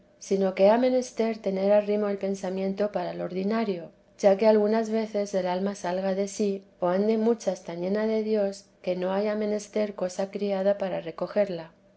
sino que ha menester tener arrimo el pensamiento para lo ordinario ya que algunas veces el alma salga de sí o ande muchas tan llena de dios que no haya menester cosa criada para recogerla